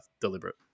deliberate